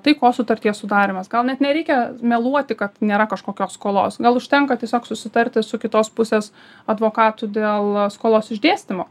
taikos sutarties sudarymas gal net nereikia meluoti kad nėra kažkokios skolos gal užtenka tiesiog susitarti su kitos pusės advokatu dėl skolos išdėstymo